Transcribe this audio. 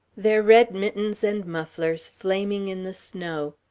their red mittens and mufflers flaming in the snow.